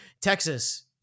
Texas